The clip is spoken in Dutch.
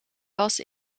was